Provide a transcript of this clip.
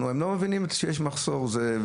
הם לא מבינים שיש מחסור כזה.